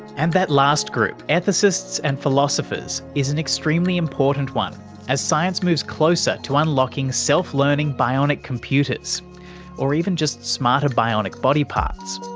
and that last group ethicists and philosophers is an extremely important one as science moves closer to unlocking self-learning bionic computers or even just smarter bionic body parts.